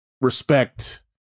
respect